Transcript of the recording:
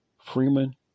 Freeman